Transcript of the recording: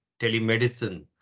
telemedicine